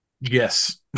Yes